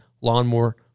Lawnmower